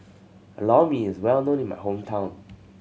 Lor Mee is well known in my hometown